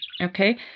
Okay